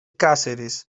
cáceres